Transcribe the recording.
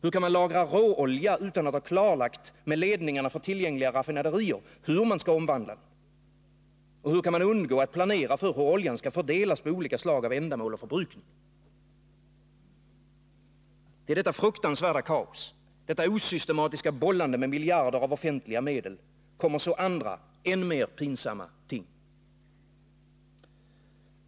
Hur kan man lagra råolja utan att ha klarlagt med ledningarna för tillgängliga raffinaderier hur man skall omvandla den? Och hur kan man undgå att planera för hur oljan skall fördelas på olika slag av ändamål och förbrukning? Till detta fruktansvärda kaos, detta osystematiska bollande med miljarder av offentliga medel, kommer så andra, än mer pinsamma ting.